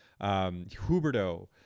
huberto